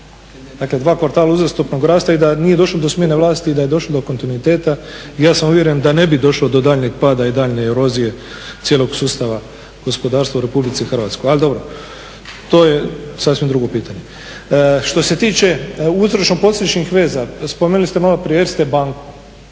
Dakle, dva kvartala uzastopnog rasta i da nije došlo do smjene vlasti i da je došlo do kontinuiteta ja sam uvjeren da ne bi došlo do daljnjeg pada i daljnje erozije cijelog sustava gospodarstva u RH. Ali dobro, to je sasvim drugo pitanje. Što se tiče uzročno posljedičnih veza spomenuli ste maloprije ERSTE banku,